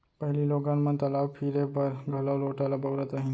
पहिली लोगन मन तलाव फिरे बर घलौ लोटा ल बउरत रहिन